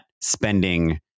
spending